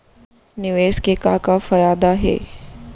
निवेश के का का फयादा हे?